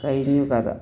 കഴി ഞ്ഞൂ കഥ